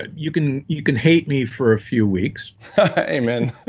you can you can hate me for a few weeks amen